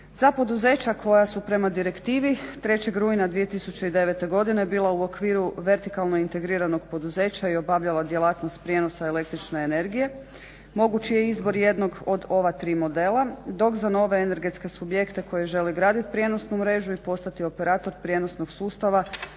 Za poduzeća koja su prema direktivi 3.rujna 2009.godine bila u okviru vertikalno integriranog poduzeća i obavljala djelatnost prijenosa električne energije moguć je izbor jednog od ova tri modela, dok za nove energetske subjekte koji žele gradit prijenosnu mrežu i postati operator prijenosnog sustava